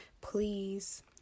please